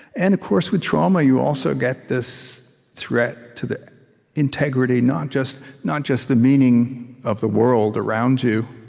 and of course, with trauma, you also get this threat to the integrity, not just not just the meaning of the world around you,